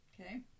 okay